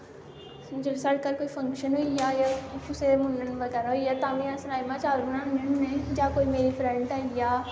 जदूं साढ़े घर कोई फंक्शन होई जा जां कुसै दे मुन्नन बगैरा होई जा तां बी अस राजमा चावल बनान्ने होन्ने जां कोई मेरी फरैंड आई जा